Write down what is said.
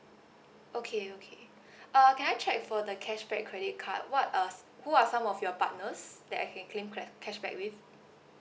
okay okay uh can I check for the cashback credit card what else who are some of your partners that I can cla~ claim cashback with